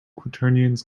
quaternions